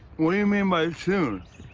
what do you mean by soon?